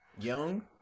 young